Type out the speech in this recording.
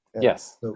Yes